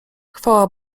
chwała